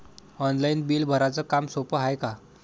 Online bill भराच काम सोपं हाय का?